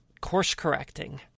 course-correcting